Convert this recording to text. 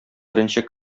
беренче